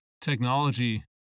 technology